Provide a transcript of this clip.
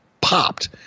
popped